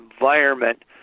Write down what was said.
environment